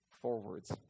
forwards